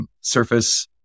surface